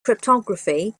cryptography